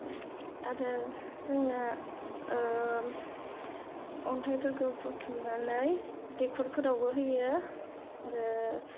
आरो जोंना अन्थायफोरखौ बुथुमनानै दैखरफोरावबो होयो आरो